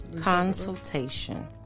consultation